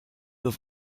have